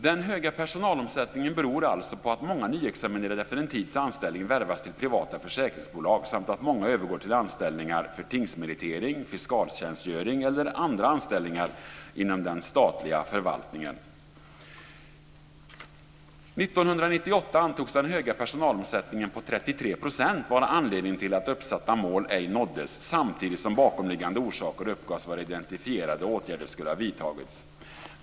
Den höga personalomsättningen beror alltså på att många nyexaminerade efter en tids anställning värvas till privata försäkringsbolag samt att många övergår till anställningar för tingsmeritering, fiskalstjänstgöring eller andra anställningar inom den statliga förvaltningen. År 1998 antogs den höga personalomsättningen på 33 % vara anledning till att uppsatta mål ej nåddes samtidigt som bakomliggande orsaker uppgavs vara identifierade och åtgärder skulle ha vidtagits.